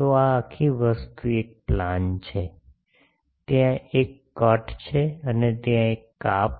તો આ આખી વસ્તુ એક પ્લાન છે ત્યાં એક કટ છે અને તે કાપ